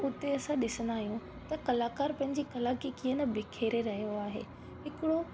त उते असां ॾिसंदा आहियूं त कलाकार पंहिंजी कला खे कीअं न बिखेरे रहियो आहे हिकिड़ो